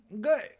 Good